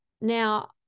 Now